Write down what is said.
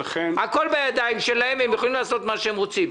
הכול בידיים שלהם והם יכולים לעשות מה שהם רוצים.